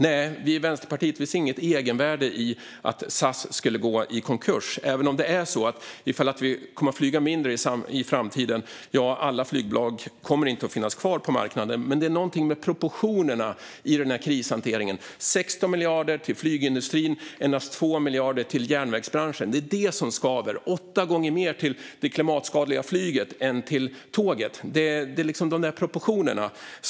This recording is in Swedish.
Nej, vi i Vänsterpartiet ser inget egenvärde i att SAS skulle gå i konkurs, även om inte alla flygbolag kommer att finnas kvar på marknaden ifall vi kommer att flyga mindre i framtiden. Men det är någonting med proportionerna i den här krishanteringen som skaver. 16 miljarder går till flygindustrin, men endast 2 miljarder till järnvägsbranschen. Åtta gånger mer går alltså till det klimatskadliga flyget än till tåget.